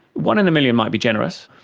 one in a million might be generous.